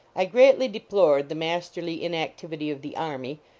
i greatly deplored the masterly inactivity of the army,